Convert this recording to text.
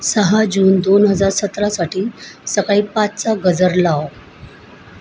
सहा जून दोन हजार सतरासाठी सकाळी पाचचा गजर लाव